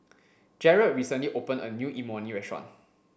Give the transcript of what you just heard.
Jaret recently opened a new Imoni restaurant